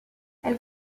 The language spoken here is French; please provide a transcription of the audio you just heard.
elle